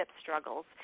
struggles